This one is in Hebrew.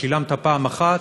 שילמת פעם אחת,